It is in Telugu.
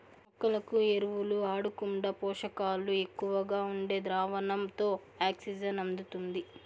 మొక్కలకు ఎరువులు వాడకుండా పోషకాలు ఎక్కువగా ఉండే ద్రావణంతో ఆక్సిజన్ అందుతుంది